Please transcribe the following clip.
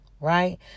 right